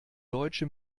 deutsche